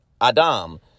Adam